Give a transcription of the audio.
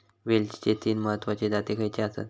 वेलचीचे तीन महत्वाचे जाती खयचे आसत?